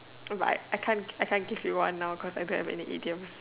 but I I can't give you one now cause I don't have any idioms